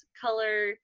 color